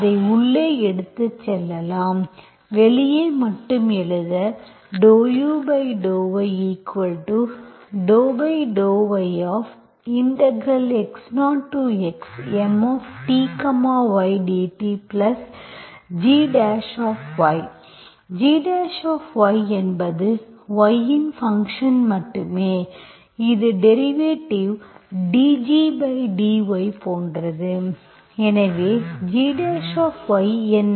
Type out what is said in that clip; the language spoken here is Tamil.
அதை உள்ளே எடுத்துச் செல்லலாம் வெளியே மட்டும் எழுத ∂u∂y∂yx0xMty dtg gy என்பது y இன் ஃபங்க்ஷன் மட்டுமே இது டெரிவேட்டிவ் dgdy போன்றது எனவே gy என்ன